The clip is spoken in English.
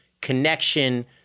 connection